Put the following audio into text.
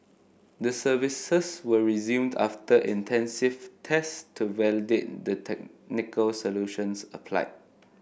the services were resumed after intensive tests to validate the technical solutions applied